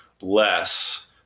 less